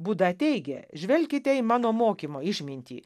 buda teigė žvelkite į mano mokymo išmintį